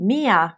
Mia